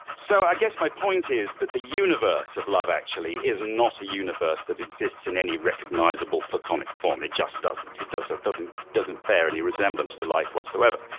so i guess my point is that the universe of love actually is not a universe that exists in any recognizable platonic form. it just doesn't it does it doesn't doesn't bear any resemblance to life whatsoever.